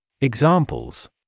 Examples